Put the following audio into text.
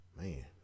man